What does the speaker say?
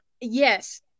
yes